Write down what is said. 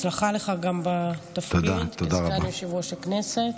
בהצלחה לך גם בתפקיד כסגן יושב-ראש הכנסת.